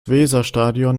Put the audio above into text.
weserstadion